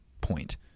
point